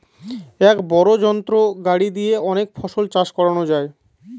এক বড় যন্ত্র গাড়ি দিয়ে অনেক ফসল চাষ করানো যায়